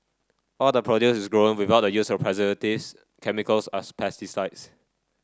all the produce is grown without the use of preservatives chemicals us pesticides